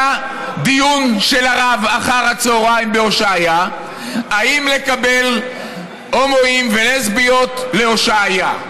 היה דיון של הרב אחר הצוהריים בהושעיה אם לקבל הומואים ולסביות להושעיה,